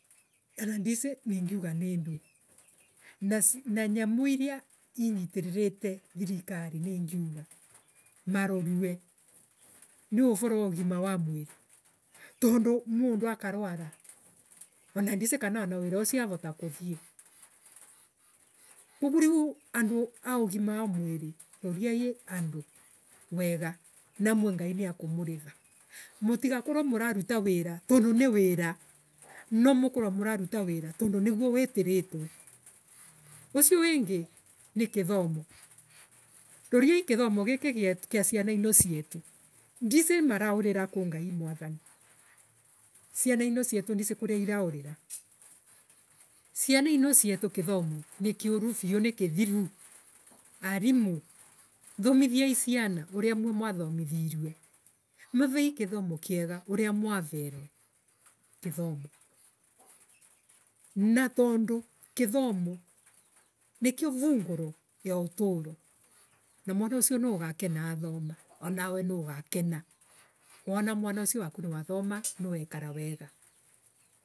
Ana ndici ningiuga ninduee. Na nyamu iria initiririte thirikari ningiuga maroru. Ni uvoro wa ugima wa mwiri tondu mundu akarwara ana indici kana wana wira uao avota kuthii. koguo riu andu a ugitha wa mwiri roriai andu wega. namwe ngai niakumuriiva. Mutigakorwe muraruta wira tondu ni wira no mukurwe muranita wira tondo niguo witiritwe. Ucio wingi ni kithomo; roriai kithomo giki gie Giciana ina cietu. Ndicii maraurira kuu nagi mwathani ciana ino cietu ndici kuria iraurira. Ciana ino cietu githomo nikuuru piu nikithiru. Aarimuu. thomithiai ciana uria mwe mwathamithirwe marei githomo kiega uria mwaverwe githomo na tondu githomo nikio mvunguro ya utoro mwana ucio nuugakena thoma. Anawe nugakena wona mwana ucio waku niwathoma niwekara wega.